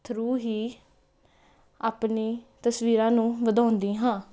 through ਹੀ ਆਪਣੀ ਤਸਵੀਰਾਂ ਨੂੰ ਵਧਾਉਂਦੀ ਹਾਂ